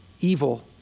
Evil